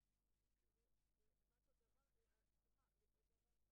הרי איפה הבעיה שלנו?